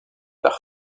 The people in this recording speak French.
par